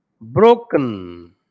broken